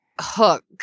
hook